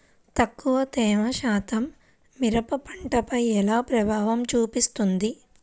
తక్కువ తేమ శాతం మిరప పంటపై ఎలా ప్రభావం చూపిస్తుంది?